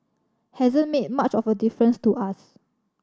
hasn't made much of a difference to us